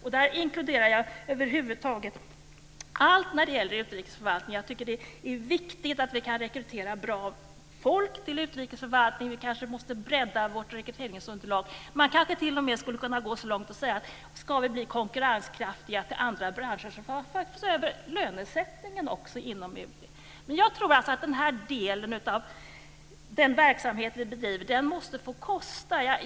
I detta inkluderar jag över huvud taget allt som gäller utrikesförvaltningen. Jag tycker att det är viktigt att vi kan rekrytera bra folk till utrikesförvaltningen. Vi kanske måste bredda vårt rekryteringsunderlag. Man kanske t.o.m. skulle kunna gå så långt att man säger: Ska vi bli konkurrenskraftiga i förhållande till andra branscher får vi se över lönesättningen inom UD också. Men jag tror alltså att den här delen av den verksamhet som vi bedriver måste få kosta.